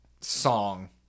song